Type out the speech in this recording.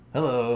Hello